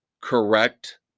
correct